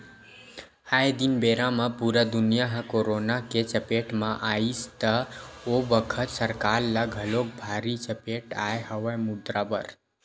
आये दिन बेरा म पुरा दुनिया ह करोना के चपेट म आइस त ओ बखत सरकार ल घलोक भारी चपेट आय हवय मुद्रा बर